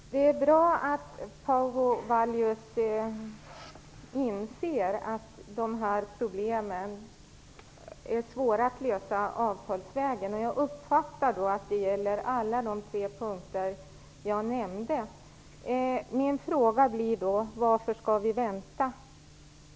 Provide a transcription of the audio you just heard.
Herr talman! Det är bra att Paavo Vallius inser att det är svårt att lösa de här problemen avtalsvägen. Jag uppfattar att det gäller alla de tre punkter som jag nämnde. Men varför skall vi då vänta?